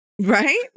Right